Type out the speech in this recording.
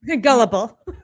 Gullible